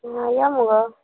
तुमी व्हळ्ळें मगो